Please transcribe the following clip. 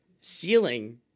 Ceiling